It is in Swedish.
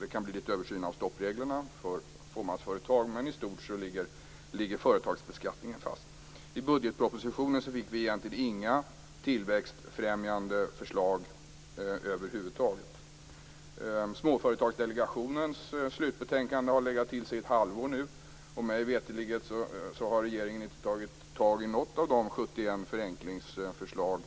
Det kan bli lite översyn av stoppreglerna för fåmansföretag, men i stort ligger företagsbeskattningen fast. I budgetpropositionen fick vi egentligen inga tillväxtfrämjande förslag över huvud taget. Småföretagsdelegationens slutbetänkande har legat till sig i ett halvår nu. Mig veterligen har regeringen inte tagit tag i något av de 71 förenklingsförslag